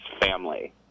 family